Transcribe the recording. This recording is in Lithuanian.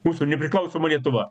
mūsų nepriklausoma lietuva